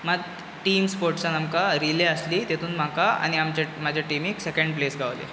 मात टीम स्पोर्टासान आमकां रिले आसली तितून म्हाका आनी आमचे म्हजे टिमीक सेकेंड प्लेस गावली